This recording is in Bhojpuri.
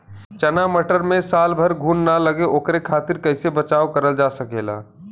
चना मटर मे साल भर तक घून ना लगे ओकरे खातीर कइसे बचाव करल जा सकेला?